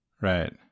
right